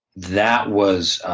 that was